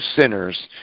sinners